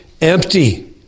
empty